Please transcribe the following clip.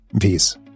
Peace